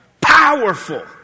Powerful